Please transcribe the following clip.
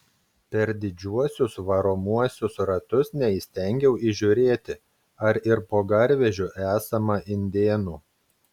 per didžiuosius varomuosius ratus neįstengiau įžiūrėti ar ir po garvežiu esama indėnų